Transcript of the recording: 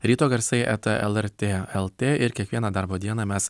ryto garsai eta lrt lrt ir kiekvieną darbo dieną mes